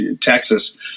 Texas –